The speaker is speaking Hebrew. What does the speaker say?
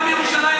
גם בירושלים,